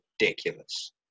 ridiculous